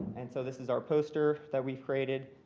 and so this is our poster that we've created.